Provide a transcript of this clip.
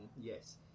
yes